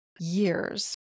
years